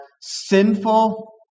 sinful